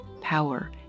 power